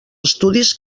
estudis